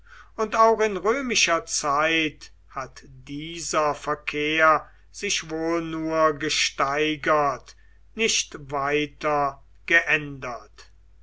und auch in römischer zeit hat dieser verkehr sich wohl nur gesteigert nicht weiter geändert